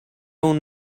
اون